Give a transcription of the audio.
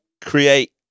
create